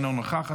אינה נוכחת,